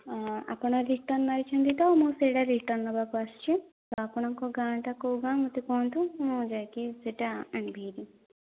ଆପଣ ରିଟର୍ଣ୍ଣ ମାରିଛନ୍ତି ତ ମୁଁ ସେହି ରିଟର୍ଣ୍ଣ ନେବାକୁ ଆସିଛି ତ ଆପଣଙ୍କ ଗାଁ ଟା କେଉଁ ଗାଁ ମୋତେ କୁହନ୍ତୁ ମୁଁ ଯାଇକି ସେହିଟା ଆଣିବି ହେରି